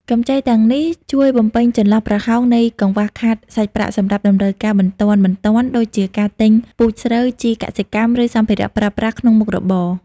កម្ចីទាំងនេះជួយបំពេញចន្លោះប្រហោងនៃកង្វះខាតសាច់ប្រាក់សម្រាប់តម្រូវការបន្ទាន់ៗ ដូចជាការទិញពូជស្រូវ ជីកសិកម្ម ឬសម្ភារៈប្រើប្រាស់ក្នុងមុខរបរ។